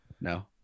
No